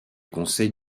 conseils